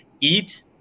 eat